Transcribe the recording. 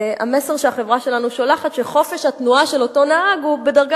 המסר שהחברה שלנו שולחת הוא שחופש התנועה של אותו נהג הוא בדרגה